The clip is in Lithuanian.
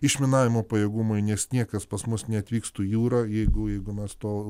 išminavimo pajėgumai nes niekas pas mus neatvyks tų į jūrą jeigu jeigu mes to